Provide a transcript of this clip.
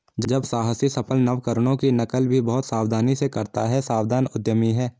जब साहसी सफल नवकरणों की नकल भी बहुत सावधानी से करता है सावधान उद्यमी है